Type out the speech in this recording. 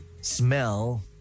smell